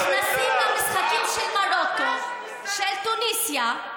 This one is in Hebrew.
נכנסים למשחקים של מרוקו, של תוניסיה,